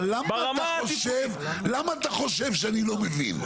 אבל למה אתה חושב, למה אתה חושב שאני לא מבין?